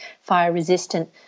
fire-resistant